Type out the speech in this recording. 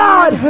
God